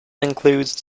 includes